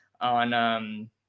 on